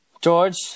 George